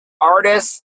artists